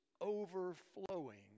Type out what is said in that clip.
overflowing